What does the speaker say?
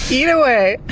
eat away!